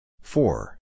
four